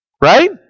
Right